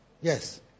Yes